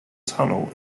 tunnel